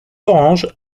orange